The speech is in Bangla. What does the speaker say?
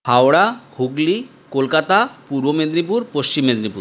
হাওড়া হুগলি কলকাতা পূর্ব মেদিনীপুর পশ্চিম মেদিনীপুর